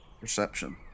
Perception